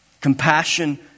Compassion